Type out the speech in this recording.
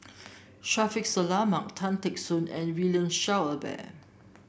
Shaffiq Selamat Tan Teck Soon and William Shellabear